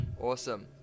Awesome